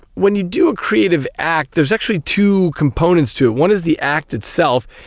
when you do a creative act there is actually two components to it. one is the act itself,